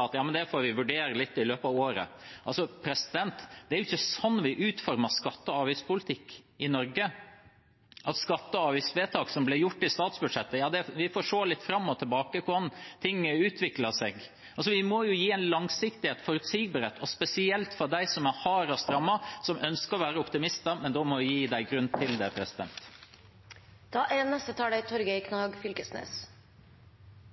at det får vi vurdere litt i løpet av året. Det er ikke sånn vi utformer skatte- og avgiftspolitikk i Norge – at når det gjelder skatte- og avgiftsvedtak som ble gjort i statsbudsjettet, får vi se litt fram og tilbake hvordan ting utvikler seg. Vi må jo gi en langsiktig forutsigbarhet, og spesielt for dem som er hardest rammet, som ønsker å være optimister, men da må vi gi dem grunn til det. Dette er